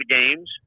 games